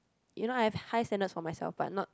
you know I've high standards for myself but not